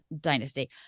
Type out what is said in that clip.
dynasty